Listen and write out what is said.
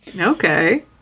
Okay